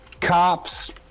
Cops